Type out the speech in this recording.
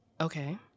Okay